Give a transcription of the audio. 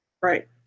right